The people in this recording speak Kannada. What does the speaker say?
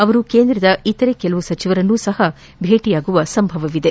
ಅವರು ಕೇಂದ್ರದ ಇತರೆ ಕೆಲವು ಸಚಿವರನ್ನೂ ಸಹ ಭೇಟಿಯಾಗುವ ಸಂಭವವಿದೆ